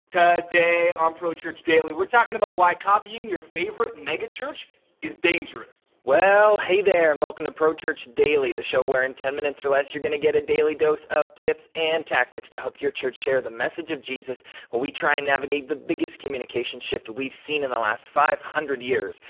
today on um pro church daily we're talking about why copying your favorite megachurch is dangerous. well hey there and welcome to pro church daily. the show where in ten minutes or less you're gonna get a daily dose of tips and tactics to help your church share the message of jesus while we try and navigate the biggest communication shift we've seen in the last five hundred years.